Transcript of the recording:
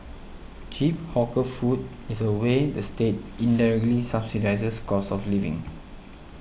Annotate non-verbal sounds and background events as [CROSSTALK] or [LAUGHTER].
[NOISE] cheap hawker food is a way the state indirectly subsidises cost of living